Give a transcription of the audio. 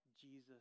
Jesus